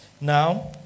Now